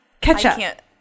Ketchup